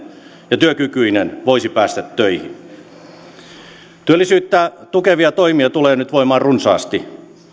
ja työkykyinen voisi päästä töihin työllisyyttä tukevia toimia tulee nyt voimaan runsaasti